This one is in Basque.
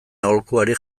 aholkuari